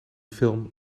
film